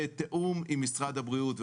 בתיאום עם משרד הבריאות,